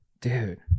dude